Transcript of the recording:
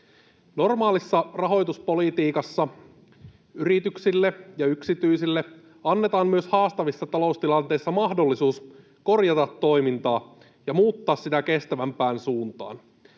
Normaalissa rahoituspolitiikassa yrityksille ja yksityisille annetaan myös haastavissa taloustilanteissa mahdollisuus korjata toimintaa ja muuttaa sitä kestävämpään suuntaan.